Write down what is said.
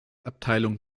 abteilung